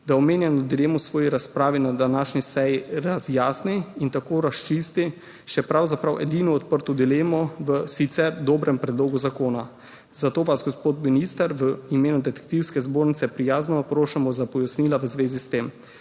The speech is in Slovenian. da omenjeno dilemo v svoji razpravi na današnji seji razjasni in tako razčisti pravzaprav še edino odprto dilemo v sicer dobrem predlogu zakona. Zato vas, gospod minister, v imenu Detektivske zbornice prijazno naprošamo za pojasnila v zvezi s tem.